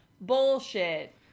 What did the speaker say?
bullshit